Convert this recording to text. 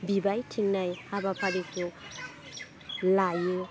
बिबायथिंनाय हाबाफारिखौ लायो